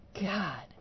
God